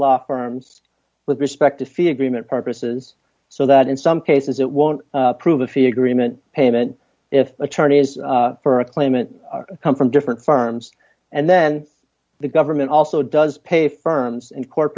law firms with respect to fee agreement purposes so that in some cases it won't prove a fee agreement payment if attorneys for a claimant come from different firms and then the government also does pay firms and court